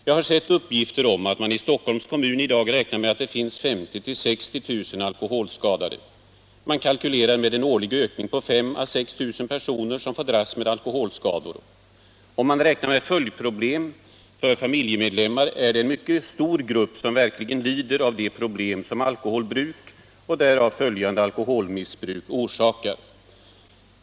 Jag har sett uppgifter om att man i Stockholms kommun i dag räknar med att det finns 50 000-60 000 alkoholskadade. Man kalkylerar med en årlig ökning på 5 000 ä 6 000 personer som får dras med alkoholskador. Om man räknar med följdproblem för familjemedlemmar, är det en mycket stor grupp som verkligen lider av de problem som alkoholbruk och därav följande alkoholmissbruk orsakar.